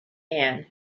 anne